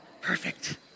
perfect